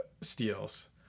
steals